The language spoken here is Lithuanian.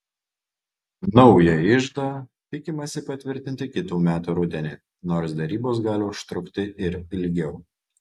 naują iždą tikimasi patvirtinti kitų metų rudenį nors derybos gali užtrukti ir ilgiau